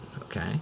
okay